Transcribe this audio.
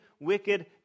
wicked